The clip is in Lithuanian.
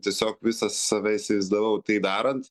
tiesiog visą save įsivaizdavau tai darant